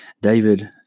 David